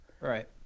Right